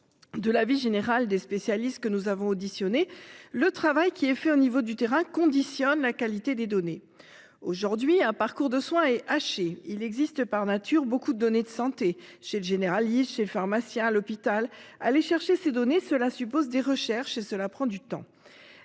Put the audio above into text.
De l'avis général des spécialistes que nous avons auditionnés, le travail effectué sur le terrain conditionne la qualité des données. Aujourd'hui, un parcours de soins est haché, et il existe beaucoup de données de santé chez le généraliste, chez le pharmacien, à l'hôpital ... Aller chercher ces données suppose des recherches et prend du temps.